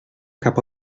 cap